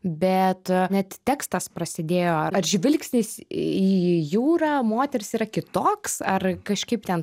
bet net tekstas prasidėjo ar žvilgsnis į jūrą moters yra kitoks ar kažkaip ten